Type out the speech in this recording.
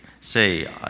Say